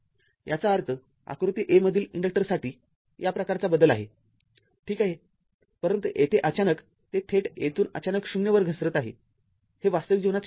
याचा अर्थ आकृती a मधील इन्डक्टरसाठी या प्रकारचा बदल आहे ठीक आहेपरंतु येथे अचानक ते थेट येथून अचानक ० वर घसरत आहे हे वास्तविक जीवनात शक्य नाही